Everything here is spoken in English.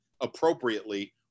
appropriately